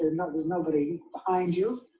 there's and there's nobody behind you,